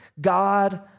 God